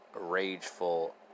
rageful